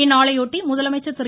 இந்நாளையொட்டி முதலமைச்சர் திரு